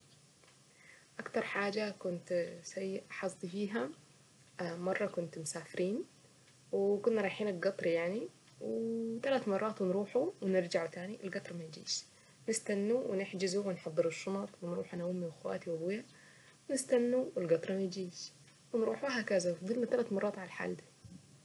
اكتر حاجة كنت سيء حظي فيها اه مرة كنت مسافرين وكنا رايحين القطر يعني ثلاث مرات ونروحوا ونرجعو تاني القطر من جديد نستنوا ونحجزوا ونحضروا الشنط ونروح انا وامي واخواتي وابويا ونستنوا والقطر ميجيش ونروح وهكذا فضلنا تلات مرات على الحال ده.